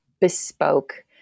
bespoke